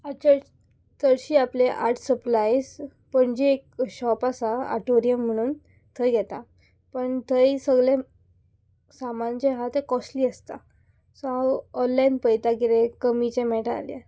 आज चड चडशी आपली आर्ट सप्लायज पणजे एक शॉप आसा आटोरीयम म्हणून थंय घेता पण थंय सगले सामान जे आहा ते कॉस्टली आसता सो हांव ऑनलायन पळयतां कितें कमीचें मेळटा आल्या